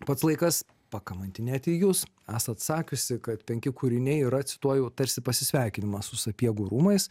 pats laikas pakamantinėti jus esat sakiusi kad penki kūriniai yra cituoju tarsi pasisveikinimas su sapiegų rūmais